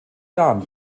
jahren